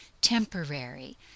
temporary